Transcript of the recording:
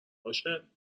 باشه